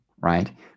right